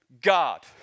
God